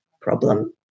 problem